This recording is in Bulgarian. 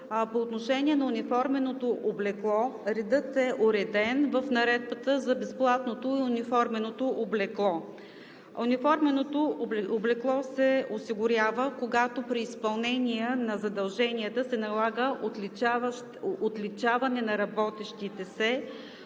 по отношение на униформеното облекло редът е уреден в Наредбата за безплатното и униформено облекло. Униформеното облекло се осигурява, когато при изпълнение на задълженията се налага отличаване на работещите се